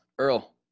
Earl